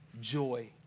joy